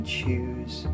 choose